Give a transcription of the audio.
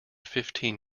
fifteen